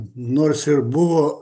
nors ir buvo